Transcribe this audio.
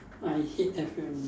I hate F&B